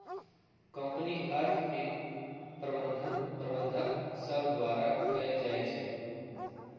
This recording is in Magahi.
कंपनी अर्थ के प्रबंधन प्रबंधक सभ द्वारा कएल जाइ छइ